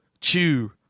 chew